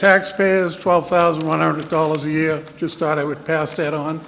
taxpayers twelve thousand one hundred dollars a year just thought it would pass that on